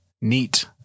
Neat